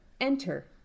enter